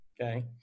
okay